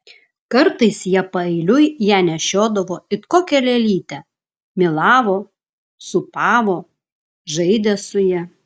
kartais jie paeiliui ją nešiodavo it kokią lėlytę mylavo sūpavo žaidė su ja